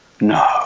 No